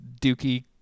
Dookie